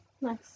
Nice